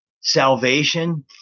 salvation